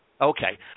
Okay